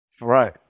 Right